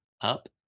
up